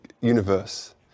universe